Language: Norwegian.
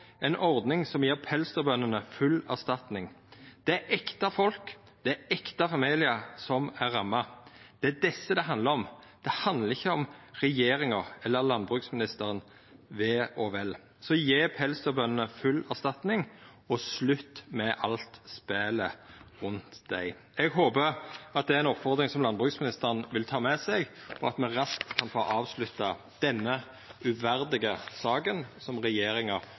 ordning som gjev pelsdyrbøndene full erstatning. Det er ekte folk. Det er ekte familiar som er ramma. Det er dei det handlar om. Det handlar ikkje om regjeringas eller landbruksministerens ve og vel. Så gje pelsdyrbøndene full erstatning, og slutt med alt spelet rundt dei. Eg håpar det er ei oppfordring som landbruksministeren vil ta med seg, og at me raskt kan få avslutta denne uverdige saka som regjeringa